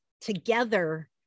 together